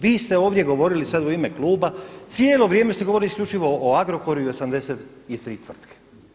Vi ste ovdje govorili sad u ime kluba, cijelo vrijeme ste govorili isključivo o Agrokoru i 83 tvrtke.